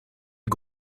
you